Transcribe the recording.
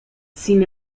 sin